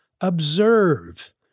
observe